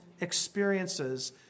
experiences